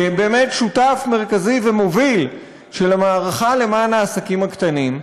כשותף מרכזי ומוביל באמת של המערכה למען העסקים הקטנים,